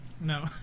No